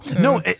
no